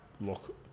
look